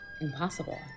impossible